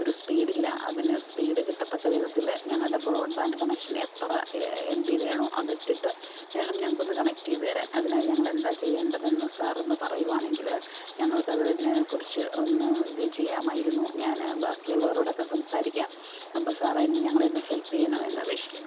ഒരു സ്പീടില്ല അതിന് സ്പീഡ് കിട്ടത്തക്ക വിധത്തില് ഞങ്ങളുടെ ബ്രോഡ് ബാൻറ്റ് കണക്ഷൻ എത്ര എം ബി വേണോ അതിട്ടിട്ട് വേണം ഞങ്ങൾക്ക് ഒന്ന് കണക്ട് ചെയ്ത് തരാൻ അതിനായി ഞങ്ങളെന്താണ് ചെയ്യേണ്ടതെന്ന് സാറൊന്ന് പറയുവാണെങ്കില് ഞങ്ങൾക്കത് അതിനെ കുറിച്ച് ഒന്ന് ഇത് ചെയ്യാമായിരുന്നു ഞാന് ബാക്കിയുള്ളവരോടൊക്കെ സംസാരിക്കാം അപ്പം സാറ് അതിന് ഞങ്ങളെയൊന്ന് ഹെൽപ്പ് ചെയ്യണമെന്ന് അപേക്ഷിക്കുന്നു